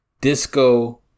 Disco